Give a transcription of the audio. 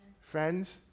Friends